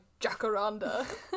Jacaranda